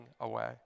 away